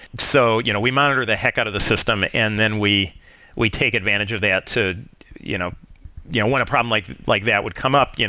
so you know we monitor the heck out of the system and then we we take advantage of that to you know yeah when a problem problem like like that would come up, yeah